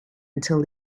until